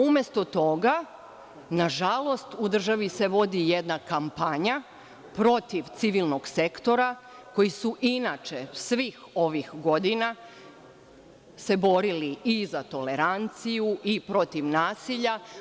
Umesto toga, nažalost, u državi se vodi jedna kampanja protiv civilnog sektora koji se inače svih ovih godina borio i za toleranciju i protiv nasilja.